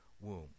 womb